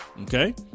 Okay